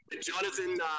Jonathan